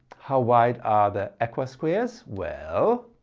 how wide are the aqua squares? well